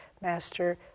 Master